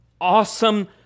awesome